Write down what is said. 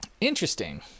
Interesting